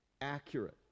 accurate